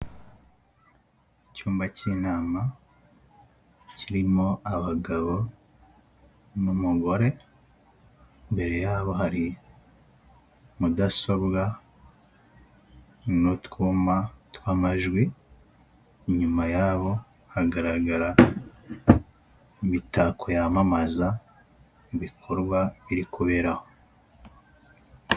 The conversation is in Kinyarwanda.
Icyumba cy'inama kirimo abagabo n'umugore, imbere yabo hari mudasobwa n'utwuma tw'amajwi. Inyuma yabo hagaragara imitako yamamaza ibikorwa biri kubera aho.